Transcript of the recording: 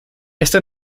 esta